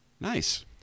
Nice